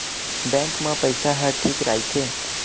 Bank मा पईसा ह ठीक राइथे?